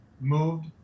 moved